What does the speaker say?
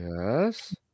Yes